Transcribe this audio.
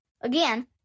Again